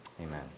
Amen